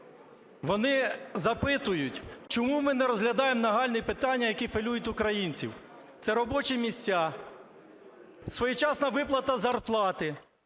Вони запитують, чому ми не розглядаємо нагальні питання, які хвилюють українців: це робочі місця, своєчасна виплата зарплати